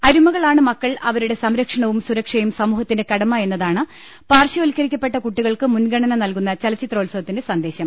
അരുമകളാണ് മക്കൾ അവരുടെ സംരക്ഷണവും സുരക്ഷയും സമൂഹത്തിന്റെ കടമ എന്നതാണ് പാർശ്വവൽക്കരിക്കപ്പെട്ട കുട്ടി കൾക്ക് മുൻഗണന് നൽകുന്ന ചലച്ചിത്രോത്സവത്തിന്റെ സന്ദേശം